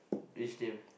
which team